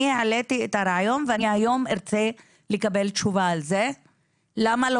אני העליתי את הרעיון ואני היום ארצה לקבל תשובה על זה למה לא